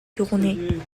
tournés